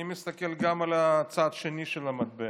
אני מסתכל גם על הצד השני של המטבע.